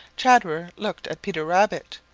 chatterer looked at peter rabbit,